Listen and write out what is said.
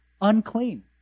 unclean